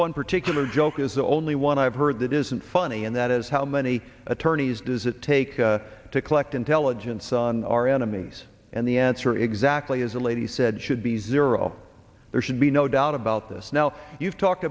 one particular joke is the only one i've heard that isn't funny and that is how many attorneys does it take to collect intelligence on our enemies and the answer exactly is the lady said should be zero there should be no doubt about this now you've talked